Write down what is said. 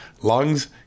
lungs